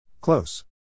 Close